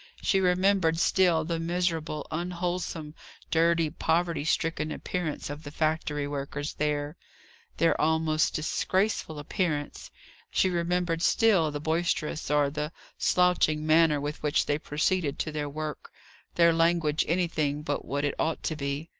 she remembered still the miserable, unwholesome, dirty, poverty-stricken appearance of the factory workers there their almost disgraceful appearance she remembered still the boisterous or the slouching manner with which they proceeded to their work their language anything but what it ought to be.